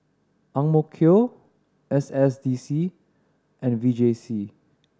S S D C and V J C